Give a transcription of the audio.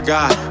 God